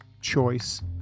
choice